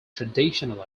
traditionally